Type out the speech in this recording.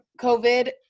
covid